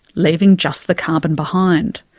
leaving just the carbon behind.